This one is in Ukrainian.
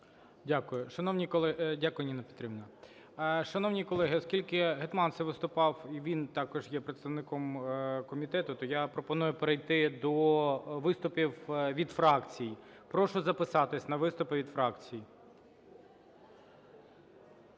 Шановні колеги, оскільки Гетманцев виступав і він також є представником комітету, то я пропоную перейти до виступів від фракцій. Прошу записатись на виступи від фракцій.